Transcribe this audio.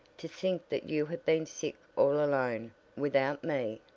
to think that you have been sick all alone without me!